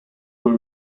were